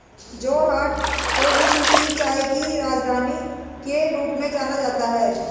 जोरहाट को विश्व की चाय की राजधानी के रूप में जाना जाता है